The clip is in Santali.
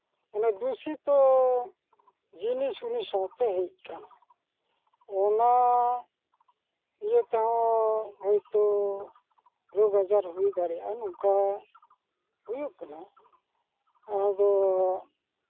ᱚᱱᱟ ᱫᱩᱥᱤᱛᱚ ᱡᱤᱱᱤᱥ ᱩᱱᱤ ᱥᱟᱶᱛᱮ ᱦᱮᱡ ᱠᱟᱱᱟ ᱚᱱᱟ ᱤᱭᱟᱹ ᱛᱚ ᱦᱳᱭᱛᱳ ᱨᱳᱜᱽ ᱟᱡᱟᱨ ᱦᱩᱭ ᱫᱟᱲᱮᱭᱟᱜᱼᱟ ᱱᱚᱝᱠᱟ ᱦᱩᱭᱩᱜ ᱠᱟᱱᱟ ᱟᱫᱚ